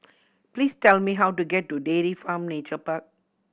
please tell me how to get to Dairy Farm Nature Park